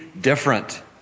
different